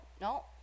no